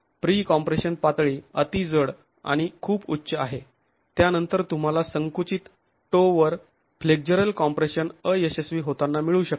pre compression पातळी अति जड आणि खूप उच्च आहे त्यानंतर तुंम्हाला संकुचित टो वर फ्लेक्झरल कॉम्प्रेशन अयशस्वी होताना मिळू शकते